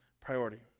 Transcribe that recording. priority